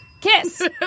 kiss